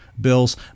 bills